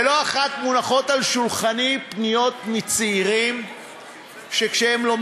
ולא אחת מונחות על שולחני פניות מצעירים שלומדים